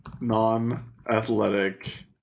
non-athletic